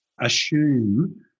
assume